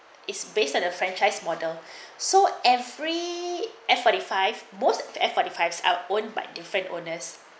is based on a franchise model so every F forty five most F forty fives are owned by different owners